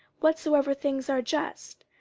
whatsoever things are just,